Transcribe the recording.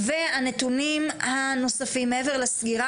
והנתונים הנוספים מעבר לסגירה,